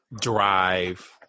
drive